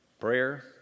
prayer